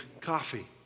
coffee